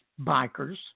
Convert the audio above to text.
bikers